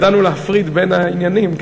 ידענו להפריד בין העניינים,